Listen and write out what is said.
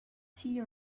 tea